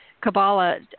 Kabbalah